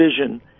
vision